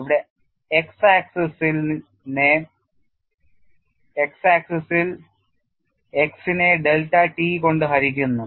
ഇവിടെ x അക്ഷത്തിൽ x നെ ഡെൽറ്റ t കൊണ്ട് ഹരിക്കുന്നു